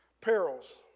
perils